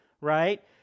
right